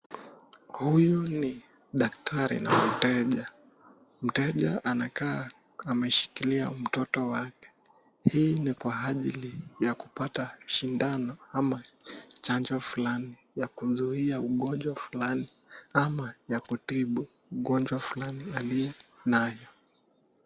Huyu ni daktari na mteja, mteja anakaa ameshikilia mtoto wake, hii ni kwa ajili ya kupata shindano ama chanjo fulani ya kuzuia ugonjwa fulani ama ya kutibu ugonjwa fulani aliye nayo.